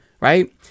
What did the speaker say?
right